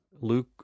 Luke